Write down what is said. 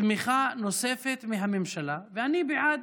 תמיכה נוספת מהממשלה, ואני בעד